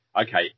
okay